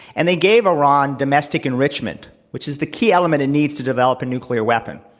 and they gave iran domestic enrichment which is the key element it needs to develop a nucl ear weapon.